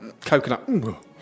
Coconut